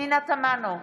פנינה תמנו,